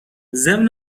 ضمن